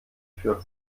für